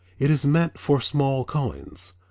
it is meant for small coins,